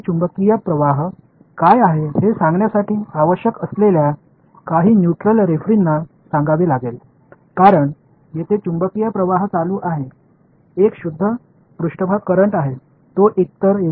எனவே இது மற்ற பார்வையாளரிடமிருந்தும் சில நடுநிலை நடுவர்களிடமிருந்தும் வந்திருப்பதாக அவர் எழுதுவார் அங்கு ஏதேனும் காந்த மின்னோட்டம் உள்ளதா